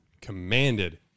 commanded